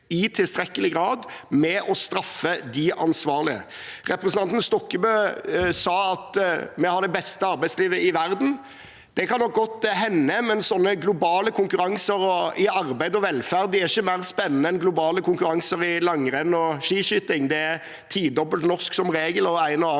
i tilstrekkelig grad med å straffe de ansvarlige. Representanten Stokkebø sa at vi har det beste arbeidslivet i verden. Det kan godt hende, men slike globale konkurranser i arbeid og velferd er ikke mer spennende enn globale konkurranser i langrenn og skiskyting. Det er som regel tidobbelt norsk og en og annen